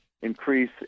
increase